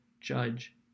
Judge